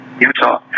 Utah